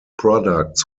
products